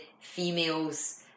females